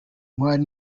intwari